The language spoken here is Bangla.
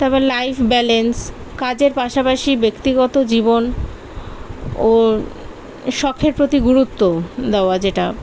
তারপর লাইফ ব্যালেন্স কাজের পাশাপাশি ব্যক্তিগত জীবন ও শখের প্রতি গুরুত্ব দেওয়া যেটা